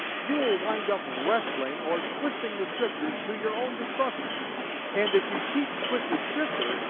you'll wind up wrestling, or twisting, the scriptures to your own destruction and if you teach twisted scripture,